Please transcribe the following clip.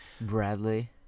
Bradley